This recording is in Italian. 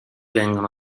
vengano